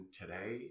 today